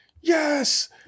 Yes